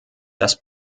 das